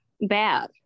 bad